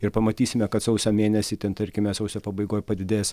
ir pamatysime kad sausio mėnesį ten tarkime sausio pabaigoj padidės